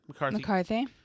mccarthy